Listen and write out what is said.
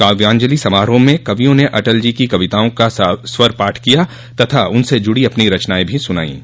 काव्यांजलि समारोह में कवियों ने अटल जी की कविताओं का सस्वर पाठ किया तथा उनसे जुड़ी अपनी रचनायें भी सुनायीं